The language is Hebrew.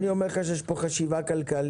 אני אומר לך שיש פה חשיבה כלכלית.